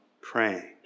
praying